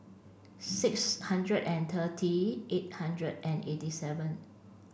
six hundred and thirty eight hundred and eighty seven